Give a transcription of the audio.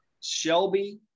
Shelby